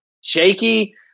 shaky